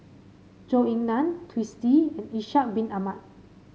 Zhou Ying Nan Twisstii and Ishak Bin Ahmad